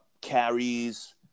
carries